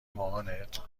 مامانت